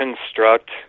construct